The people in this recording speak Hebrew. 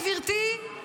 גברתי,